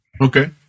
Okay